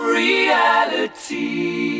reality